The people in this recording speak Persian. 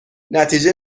نتیجه